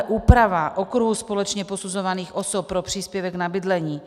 Úprava okruhu společně posuzovaných osob pro příspěvek na bydlení.